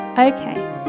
Okay